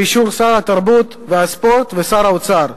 באישור שר התרבות והספורט ושר האוצר.